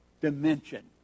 dimension